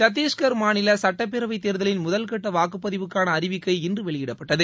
சத்திஷ்கா் மாநில சுட்டப்பேரவைத் தேர்தலின் முதல்கட்ட வாக்குப்பதிவுக்கான அறிவிக்கை இன்று வெளியிடப்பட்டது